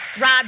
Rob